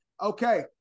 Okay